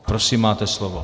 Prosím, máte slovo.